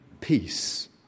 peace